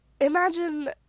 Imagine